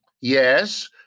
yes